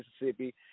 Mississippi